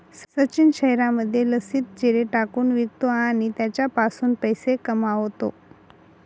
सचिन शहरामध्ये लस्सीत जिरे टाकून विकतो आणि त्याच्यापासून पैसे कमावतो